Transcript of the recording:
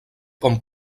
com